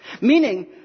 meaning